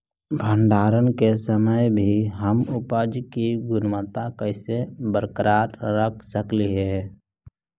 भंडारण के समय भी हम उपज की गुणवत्ता कैसे बरकरार रख सकली हे?